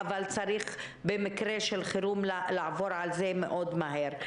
אבל צריך במקרה של חירום לעבור על זה מאוד מהר.